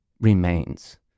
remains